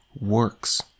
works